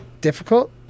difficult